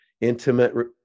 intimate